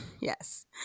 Yes